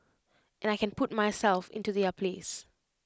and I can put myself into their place